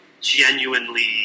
genuinely